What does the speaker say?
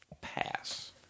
pass